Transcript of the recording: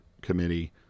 committee